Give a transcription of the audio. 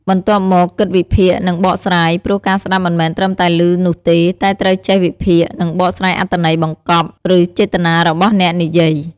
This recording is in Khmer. បន្ទាប់មកគិតវិភាគ និងបកស្រាយ ព្រោះការស្ដាប់មិនមែនត្រឹមតែឮនោះទេ តែត្រូវចេះវិភាគ និងបកស្រាយអត្ថន័យបង្កប់ ឬចេតនារបស់អ្នកនិយាយ។